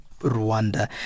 Rwanda